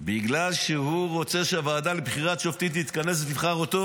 בגלל שהוא רוצה שהוועדה לבחירת שופטים תתכנס ותבחר אותו.